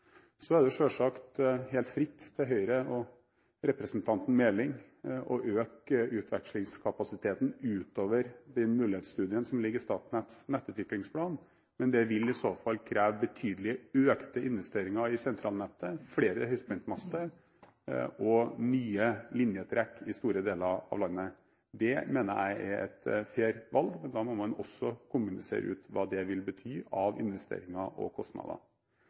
Så står det selvsagt Høyre og representanten Meling helt fritt å øke utvekslingskapasiteten utover den mulighetsstudien som ligger i Statnetts nettutviklingsplan, men det vil i så fall kreve betydelig økte investeringer i sentralnettet, flere høyspentmaster og nye linjetrekk i store deler av landet. Det mener jeg er et fair valg, men da må man også kommunisere hva det vil bety av investeringer og kostnader.